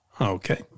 Okay